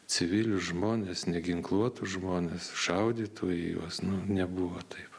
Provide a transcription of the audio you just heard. civilius žmones neginkluotus žmones šaudytų į juos nu nebuvo taip